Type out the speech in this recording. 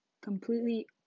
completely